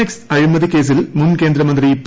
X അഴിമതി കേസിൽ മുൻ കേന്ദ്രമന്ത്രി പി